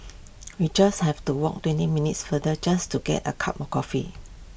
we just have to walk twenty minutes farther just to get A cup of coffee